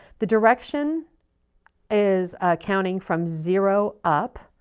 the direction is counting from zero up